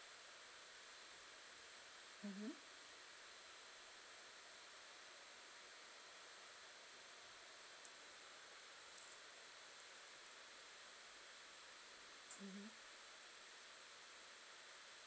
mmhmm mmhmm